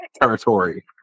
territory